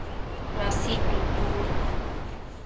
ᱨᱟᱥᱤ ᱴᱩᱰᱩ